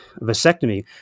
vasectomy